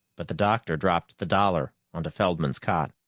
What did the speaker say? but the doctor dropped the dollar onto feldman's cot.